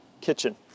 Kitchen